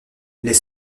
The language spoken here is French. les